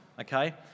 okay